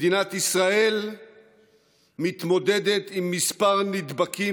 מדינת ישראל מתמודדת עם מספר נדבקים